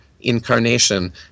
incarnation